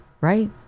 Right